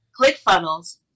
ClickFunnels